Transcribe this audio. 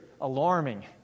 alarming